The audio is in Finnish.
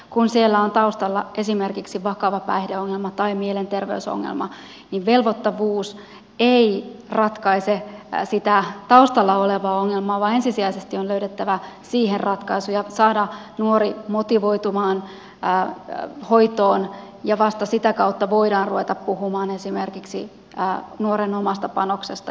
kun siellä on taustalla esimerkiksi vakava päihdeongelma tai mielenterveysongelma niin velvoittavuus ei ratkaise sitä taustalla olevaa ongelmaa vaan ensisijaisesti on löydettävä siihen ratkaisu ja saatava nuori motivoitumaan hoitoon ja vasta sitä kautta voidaan ruveta puhumaan esimerkiksi nuoren omasta panoksesta